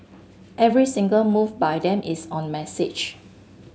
every single move by them is on message